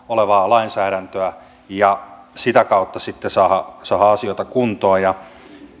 olevaa lainsäädäntöä ja sitä kautta sitten saadaan asioita kuntoon